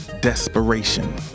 desperation